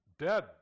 dead